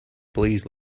please